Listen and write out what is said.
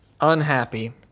unhappy